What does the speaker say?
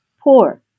poor